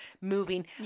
moving